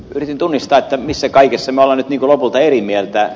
yritin tunnistaa missä kaikessa me olemme lopulta eri mieltä